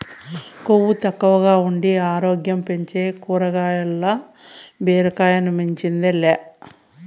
కొవ్వు తక్కువగా ఉండి ఆరోగ్యం పెంచే కాయగూరల్ల బీరకాయ మించింది లే